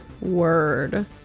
Word